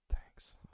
Thanks